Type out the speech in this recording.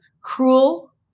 cruel